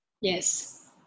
Yes